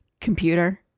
Computer